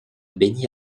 béni